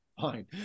Fine